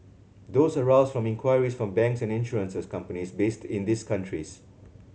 those arose from inquiries from banks and insurances companies based in these countries